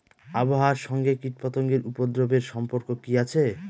আবহাওয়ার সঙ্গে কীটপতঙ্গের উপদ্রব এর সম্পর্ক কি আছে?